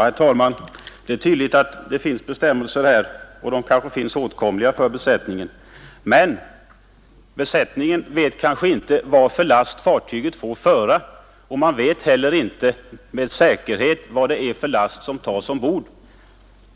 Herr talman! Det är tydligt att det finns bestämmelser, och de kanske finns åtkomliga för besättningen. Men besättningen vet inte vilken sorts last fartyget får föra, och man vet heller inte med säkerhet vilken last som tas ombord.